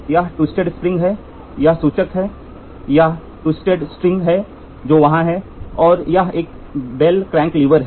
यह twisted spring है यह सूचक है यह ट्विस्टेड स्ट्रिंग है जो वहां है और यह एक बेल क्रैंक लीवर है